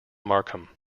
markham